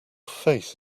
face